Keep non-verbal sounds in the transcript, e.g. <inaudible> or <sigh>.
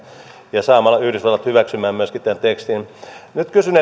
ja saamalla yhdysvallat myöskin hyväksymään tämän tekstin nyt kysyn <unintelligible>